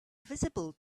visible